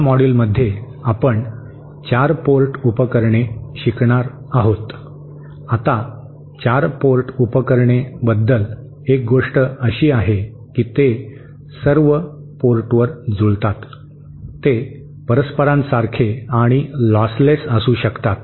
या मॉड्यूलमध्ये आपण 4 पोर्ट उपकरणे शिकणार करणार आहोत आता 4 पोर्ट उपकरणे बद्दल एक गोष्ट अशी आहे की ते सर्व सर्व पोर्टवर जुळतात ते परस्परांसारखे आणि लॉस लेस असू शकतात